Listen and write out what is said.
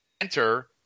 enter